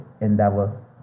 endeavor